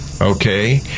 Okay